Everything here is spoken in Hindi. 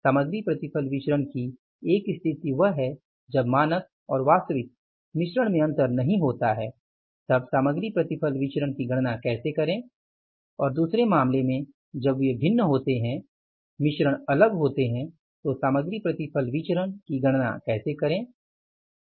सामग्री प्रतिफल विचरण की एक स्थिति वह है जब मानक और वास्तविक मिश्रण में अंतर नहीं होता है तब सामग्री प्रतिफल विचरण की गणना कैसे करें और दूसरे मामले में जब वे भिन्न होते हैं मिश्रण अलग अलग होते हैं तो सामग्री प्रतिफल विचरण की गणना कैसे करें